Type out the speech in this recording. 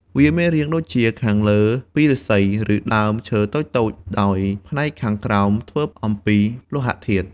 វាមានរាងដូចជាខាងលើពីឫស្សី ឬដើមឈើតូចៗ ដោយផ្នែកខាងក្រោមធ្វើអំពីលោហធាតុ។